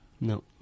No